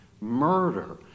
murder